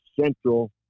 Central